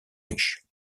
riche